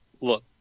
Look